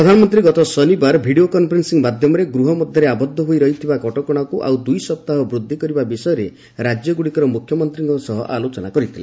ପ୍ରଧାନମନ୍ତ୍ରୀ ଗତ ଶନିବାର ଦିନ ଦିନ ଭିଡ଼ିଓ କନଫରେନ୍ସିଂ ମାଧ୍ୟମରେ ଗୃହ ମଧ୍ୟରେ ଆବଦ୍ଧ ହୋଇ ରହିବା କଟକଣାକୁ ଆଉ ଦୁଇ ସପ୍ତାହ ସମ୍ପ୍ରସାରଣ କରିବା ବିଷୟରେ ରାଜ୍ୟଗୁଡ଼ିକର ମୁଖ୍ୟମନ୍ତ୍ରୀମାନଙ୍କ ସହ ଆଲୋଚନା କରିଥିଲେ